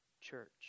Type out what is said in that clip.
church